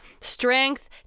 Strength